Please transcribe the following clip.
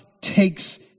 takes